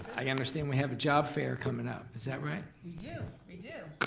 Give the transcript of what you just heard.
i understand we have a job fair comin' up, is that right? we do, we do.